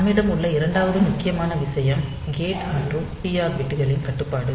நம்மிடம் உள்ள இரண்டாவது முக்கியமான விஷயம் கேட் மற்றும் டிஆர் பிட்களின் கட்டுப்பாடு